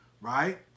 right